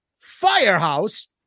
Firehouse